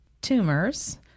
tumors